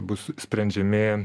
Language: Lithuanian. bus sprendžiami